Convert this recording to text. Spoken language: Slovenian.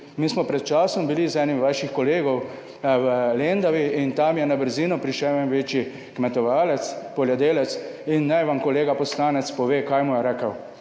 Mi smo pred časom bili z enim vaših kolegov v Lendavi in tam je na brzino prišel en večji kmetovalec, poljedelec in naj vam kolega poslanec pove, kaj mu je rekel.